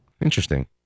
Interesting